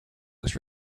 was